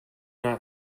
not